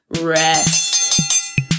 rest